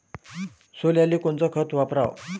सोल्याले कोनचं खत वापराव?